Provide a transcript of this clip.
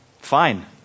Fine